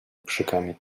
okrzykami